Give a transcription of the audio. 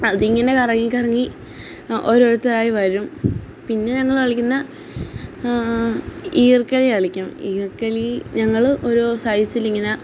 അതിങ്ങനെ കറങ്ങി കറങ്ങി ഓരോരുത്തരായി വരും പിന്നെ ഞങ്ങള് കളിക്കുന്ന ഈർക്കലി കളിക്കും ഈർക്കലി ഞങ്ങള് ഓരോ സൈസിലിങ്ങനെ